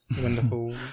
Wonderful